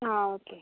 ആ ഓക്കെ